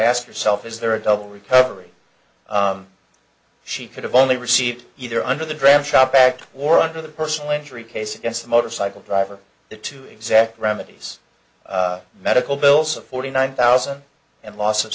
ask yourself is there a double recovery she could have only received either under the dram shop act or under the personally injury case against the motorcycle driver the two exact remedies medical bills of forty nine thousand and loss of